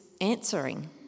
answering